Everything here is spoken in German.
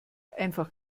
einfach